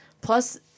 Plus